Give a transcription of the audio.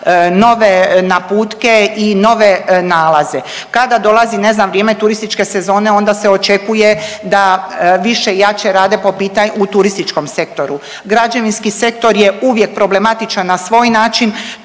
nove naputke i nove nalaze. Kada dolazi ne znam vrijeme turističke sezone onda se očekuje da više i jače rade po pita…, u turističkom sektoru. Građevinski sektor je uvijek problematičan na svoj način,